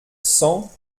cent